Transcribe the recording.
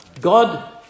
God